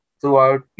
throughout